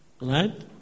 Right